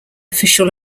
official